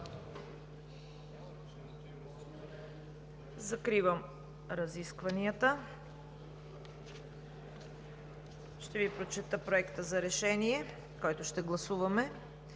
Закривам разискванията. Ще Ви прочета Проекта за решение, който ще гласуваме: